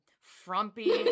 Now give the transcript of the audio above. frumpy